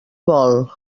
vol